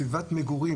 סביבת מגורים,